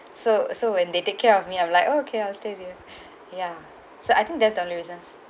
so so when they take care of me I'm like okay I'll stay here ya so I think that's the only reasons